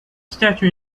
statue